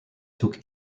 took